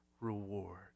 reward